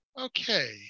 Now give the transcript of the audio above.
Okay